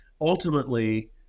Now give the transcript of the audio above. ultimately